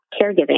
caregiving